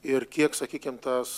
ir kiek sakykim tas